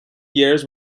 years